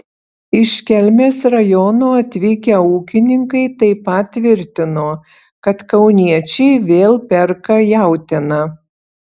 iš kelmės rajono atvykę ūkininkai taip pat tvirtino kad kauniečiai vėl perka jautieną